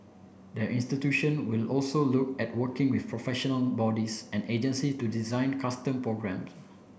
the institution will also look at working with professional bodies and agency to design custom programme